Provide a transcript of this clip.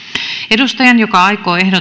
edustajan joka aikoo ehdottaa